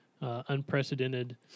unprecedented